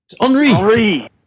Henri